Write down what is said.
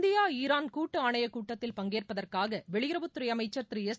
India Iran கூட்டு ஆணையக் கூட்டத்தில் பங்கேற்பதற்காக வெளியுறவுத்துறை அமைச்சா் எஸ்